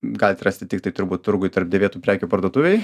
galit rasti tiktai turbūt turguj tarp dėvėtų prekių parduotuvėj